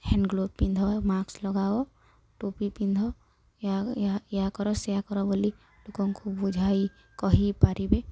hand glove ପିନ୍ଧ mask ଲଗାଅ ଟୋପି ପିନ୍ଧ କର ସେଇଆ କର ବୋଲି ଲୋକଙ୍କୁ ବୁଝାଇ କହିପାରିବେ